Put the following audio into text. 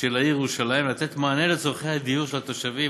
של העיר ירושלים ולתת מענה על צורכי הדיור של התושבים,